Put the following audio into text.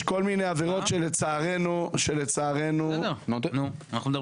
יש כל מיני עבירות שלצערנו --- יש לנו שאלות,